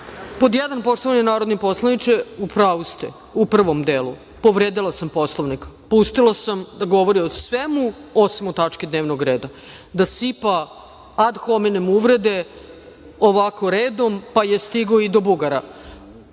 jedan, poštovani narodni poslaniče, upravu ste, u prvom delu. Povredila sam Poslovnik. Pustila sam da govori o svemu osim o tački dnevnog reda. Da sipa ad hominem uvrede ovako redom, pa je stigao i do Bugara. Da